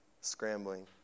scrambling